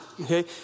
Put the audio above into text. okay